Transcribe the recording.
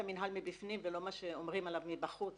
המינהל מבפנים ולא מה שאומרים עליו מבחוץ,